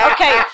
Okay